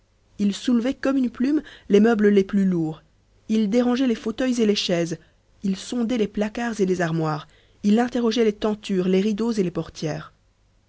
il soulevait comme une plume les meubles les plus lourds il dérangeait les fauteuils et les chaises il sondait les placards et les armoires il interrogeait les tentures les rideaux et les portières